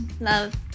love